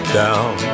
down